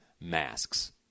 masks